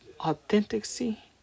authenticity